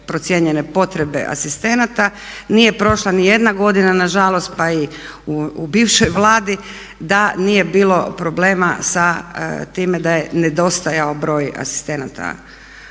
Nije prošla niti jedna godina nažalost pa i u bivšoj Vladi da nije bilo problema sa time da je nedostajao broj asistenata